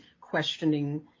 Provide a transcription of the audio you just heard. questioning